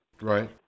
right